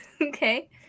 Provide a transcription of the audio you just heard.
okay